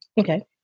Okay